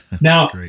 Now